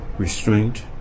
restraint